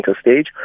stage